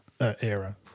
era